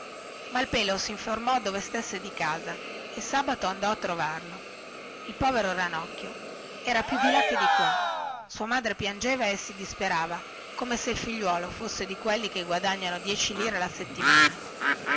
daltro malpelo si informò dove stesse di casa e il sabato andò a trovarlo il povero ranocchio era più di là che di qua sua madre piangeva e si disperava come se il figliuolo fosse di quelli che guadagnano dieci lire la settimana